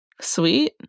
Sweet